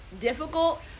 difficult